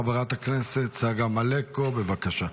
חברת הכנסת צגה מלקו, בבקשה.